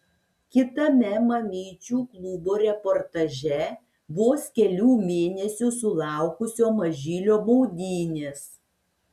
kitame mamyčių klubo reportaže vos kelių mėnesių sulaukusio mažylio maudynės